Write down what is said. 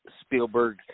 Spielberg